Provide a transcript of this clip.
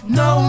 no